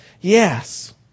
Yes